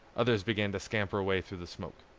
others began to scamper away through the smoke.